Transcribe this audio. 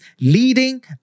leading